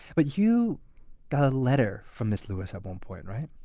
but you got a letter from ms. lewis at one point, right?